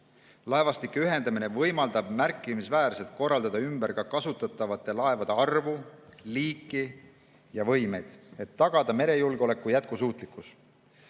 Laevastike ühendamine võimaldab märkimisväärselt korraldada ümber ka kasutatavate laevade arvu, liiki ja võimed, et tagada merejulgeoleku jätkusuutlikkus.